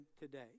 today